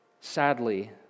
sadly